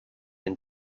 and